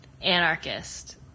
anarchist